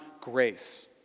grace